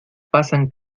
pasan